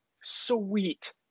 sweet